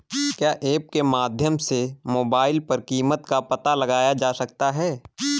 क्या ऐप के माध्यम से मोबाइल पर कीमत का पता लगाया जा सकता है?